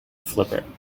flipper